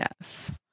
Yes